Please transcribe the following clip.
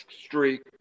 streak